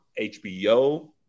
HBO